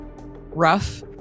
rough